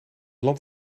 land